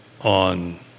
on